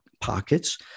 pockets